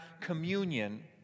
communion